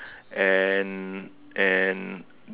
and and